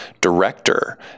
director